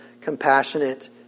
compassionate